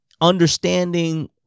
understanding